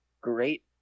great